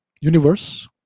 universe